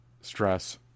stress